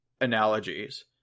analogies